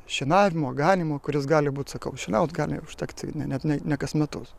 šienavimo ganymo kuris gali būti sakau šienauti gali užtekti net ne ne kas metus